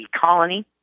Colony